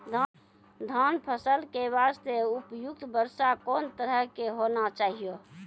धान फसल के बास्ते उपयुक्त वर्षा कोन तरह के होना चाहियो?